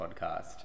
podcast